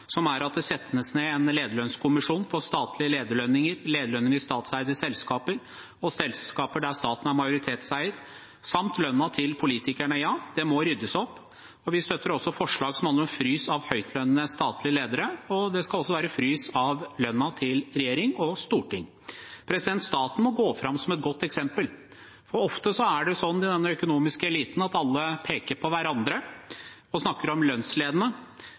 som er at det settes ned en lederlønnskommisjon for statlige lederlønninger, lederlønninger i statseide selskaper og selskaper der staten er majoritetseier, samt lønnen til politikerne. Ja, det må ryddes opp, og vi støtter også forslag som handler om frys av lønnen til høytlønnede statlige ledere, og det skal også være frys av lønnen til regjeringsmedlemmer og stortingsrepresentanter. Staten må gå foran som et godt eksempel, og ofte er det sånn i den økonomiske eliten at alle peker på hverandre og snakker om å være lønnsledende.